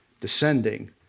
descending